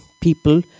people